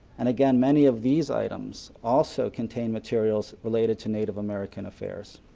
and again many of these items also contain materials related to native american affairs.